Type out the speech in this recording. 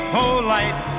polite